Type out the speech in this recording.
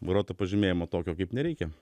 vairuotojo pažymėjimo tokio kaip nereikia